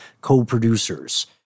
co-producers